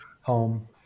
home